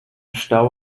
stau